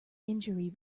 injury